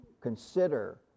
consider